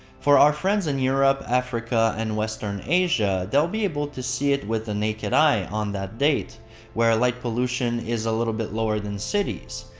for our friends in europe, africa, and western asia, they'll be able to see it with the naked eye on that date where light pollution is a bit lower than cities.